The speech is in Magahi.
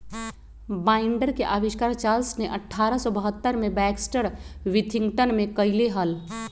बाइंडर के आविष्कार चार्ल्स ने अठारह सौ बहत्तर में बैक्सटर विथिंगटन में कइले हल